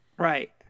Right